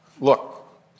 Look